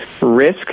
risk